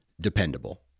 dependable